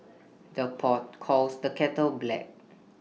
the pot calls the kettle black